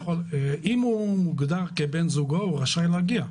אם הוא מוגדר כבן זוגו הוא רשאי להגיע לישראל,